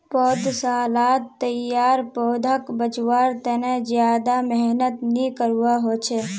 पौधसालात तैयार पौधाक बच्वार तने ज्यादा मेहनत नि करवा होचे